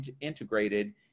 integrated